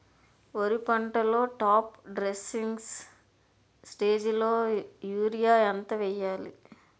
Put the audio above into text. వరి పంటలో top dressing స్టేజిలో యూరియా ఎంత వెయ్యాలి?